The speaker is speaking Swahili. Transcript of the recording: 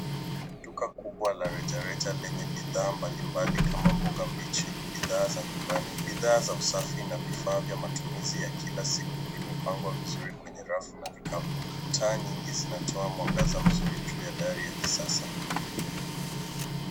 Duka kubwa la rejareja lenye bidhaa mbali mbali kama mboga mbichi, bidhaa za nyumbani, bidhaa za usafi na vifaa vya matumizi ya kila siku zimepangwa vizuri kwenye rafu. Taa nyingi zinatoa mwangaza mzuri juu ya dari ya kisasa